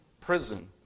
prison